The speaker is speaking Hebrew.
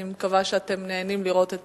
אני מקווה שאתם נהנים לראות את